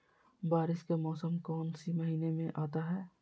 बारिस के मौसम कौन सी महीने में आता है?